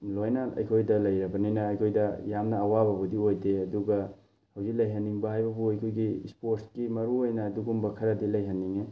ꯂꯣꯏꯅ ꯑꯩꯈꯣꯏꯗ ꯂꯩꯔꯕꯅꯤꯅ ꯑꯩꯈꯣꯏꯗ ꯌꯥꯝꯅ ꯑꯋꯥꯕꯕꯨꯗꯤ ꯑꯣꯏꯗꯦ ꯑꯗꯨꯒ ꯍꯧꯖꯤꯛ ꯂꯩꯍꯟꯅꯤꯡꯕ ꯍꯥꯏꯕꯕꯨ ꯑꯩꯈꯣꯏꯒꯤ ꯁ꯭ꯄꯣꯠꯁꯀꯤ ꯃꯔꯨꯑꯣꯏꯅ ꯑꯗꯨꯒꯨꯝꯕ ꯈꯔꯗꯤ ꯂꯩꯍꯟꯅꯤꯡꯉꯤ